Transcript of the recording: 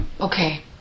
Okay